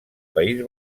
país